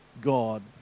God